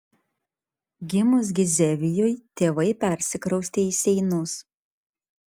gimus gizevijui tėvai persikraustė į seinus